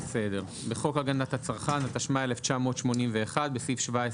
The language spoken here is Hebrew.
"תיקון סעיף 17